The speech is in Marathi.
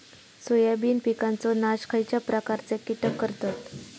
सोयाबीन पिकांचो नाश खयच्या प्रकारचे कीटक करतत?